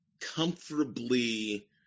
comfortably